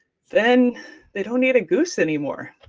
then they don't need a goose any more.